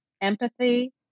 empathy